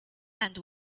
and